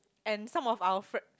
and some of our friend